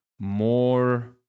more